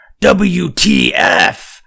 WTF